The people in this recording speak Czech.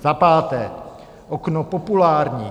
Za páté okno populární.